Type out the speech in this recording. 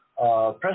press